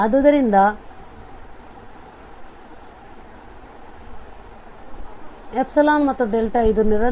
ಆದ್ದರಿಂದ ಮತ್ತು ಇದು ನಿರಂತರತೆಯcontinuity